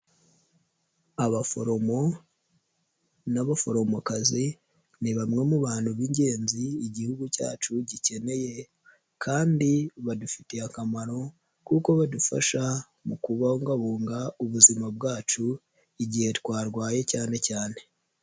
Abaforomo n'abaforomokazi ni bamwe mu bantu b'ingenzi Igihugu cyacu gikeneye kandi badufitiye akamaro kuko badufasha mu kubungabunga ubuzima bwacu igihe twarwaye cyane cyane.